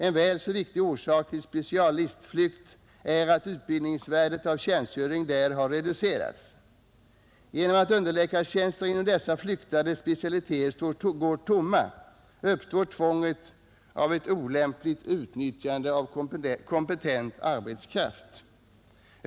En väl så viktig orsak till specialitetsflykt är att utbildningsvärdet av tjänstgöring där har reducerats. Genom att underläkartjänster inom dessa ”flyktade” specialiteter står tomma uppstår tvånget av ett olämpligt utnyttjande av kompetent arbetskraft.